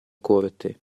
corte